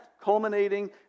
culminating